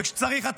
וכשצריך,